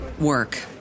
work